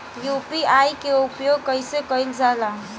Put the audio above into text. UPI के उपयोग कइसे कइल जाला?